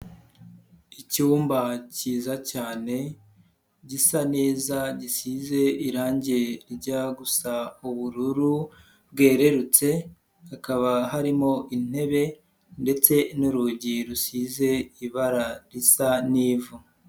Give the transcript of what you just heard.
Icyumba cyiza cyane gisa neza gisize irange rijya gusa ubururu bwererutse, hakaba harimo intebe ndetse n'urugi rusize ibara risa n'ivu.